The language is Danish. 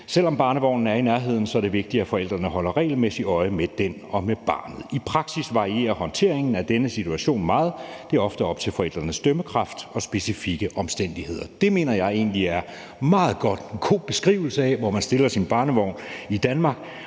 Selv om barnevognen er i nærheden, er det vigtigt at forældrene holder regelmæssigt øje med den og med barnet. I praksis varierer håndteringen af denne situation meget. Det er ofte op til forældrenes dømmekraft og de specifikke omstændigheder. Det mener jeg egentlig er en meget god beskrivelse af, hvor man stiller sin barnevogn i Danmark,